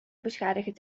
beschadigen